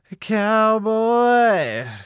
Cowboy